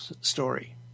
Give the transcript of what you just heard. story